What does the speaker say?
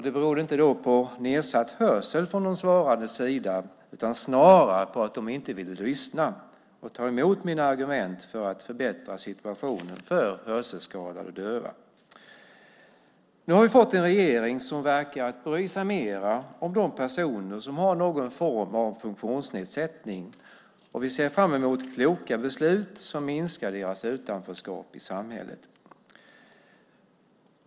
Det berodde inte på nedsatt hörsel från de svarandes sida utan snarare på att de inte ville lyssna och ta emot mina argument för att förbättra situationen för hörselskadade döva. Nu har vi fått en regering som verkar bry sig mer om de personer som har någon form av funktionsnedsättning. Vi ser fram emot kloka beslut som minskar deras utanförskap i samhället.